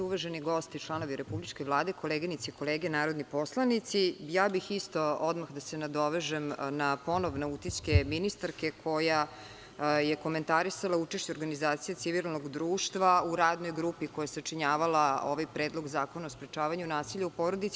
Uvaženi gosti, članovi Republičke vlade, koleginice i kolege narodni poslanici, ja bih isto odmah da se nadovežem na ponovne utiske ministarke koja je komentarisala učešće organizacije civilnog društva u radnoj grupi koja je sačinjavala ovaj Predlog zakona o sprečavanju nasilja u porodici.